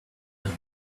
able